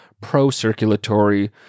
pro-circulatory